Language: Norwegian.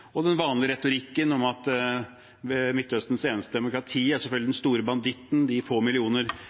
Den vanlige retorikken om at Midtøstens eneste demokrati selvfølgelig er den store banditten – de få millioner